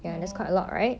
oh